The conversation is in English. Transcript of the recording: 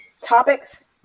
topics